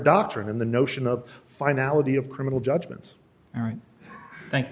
doctrine and the notion of finality of criminal judgments all right thank